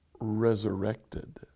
resurrected